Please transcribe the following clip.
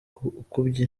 ukubye